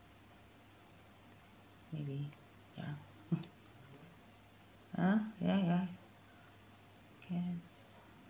maybe ya ah ya ya can